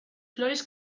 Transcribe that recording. flores